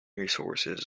resources